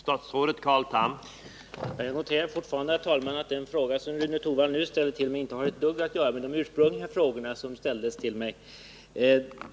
Herr talman! Jag noterar ännu en gång att den fråga Rune Torwald ställt till mig nu inte har ett dugg att göra med de ursprungliga frågor som ställdes till mig.